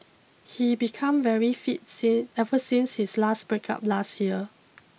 he become very fit ever since his last breakup last year